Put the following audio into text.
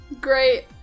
great